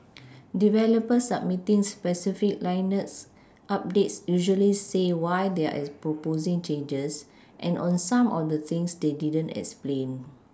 developers submitting specific Linux updates usually say why they're proposing changes and on some of the things they didn't explain